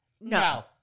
no